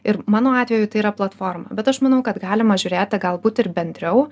ir mano atveju tai yra platforma bet aš manau kad galima žiūrėti galbūt ir bendriau